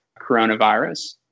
coronavirus